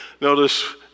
Notice